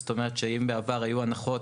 זאת אומרת, אם בעבר היו הנחות,